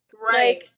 Right